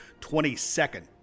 22nd